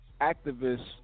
activists